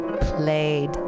played